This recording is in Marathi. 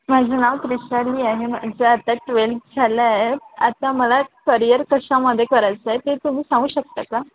माझं नाव त्रिशाली आहे माझं आता ट्वेल्थ झालं आहे आता मला करियर कशामध्ये करायचं आहे ते तुम्ही सांगू शकता का